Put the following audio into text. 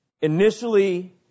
Initially